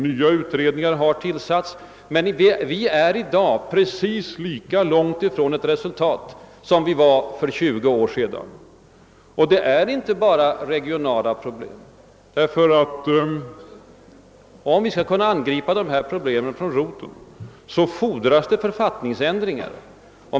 Nya utredningar har tillsatts men vi är i dag precis lika långt från ett resultat som vi var för 20 år sedan. Problemen är inte enbart regionala. Om de skall kunna angripas från roten fordras det författningsändringar.